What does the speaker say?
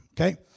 Okay